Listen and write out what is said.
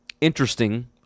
interesting